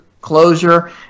closure